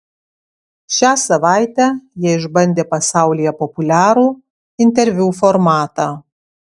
šią savaitę jie išbandė pasaulyje populiarų interviu formatą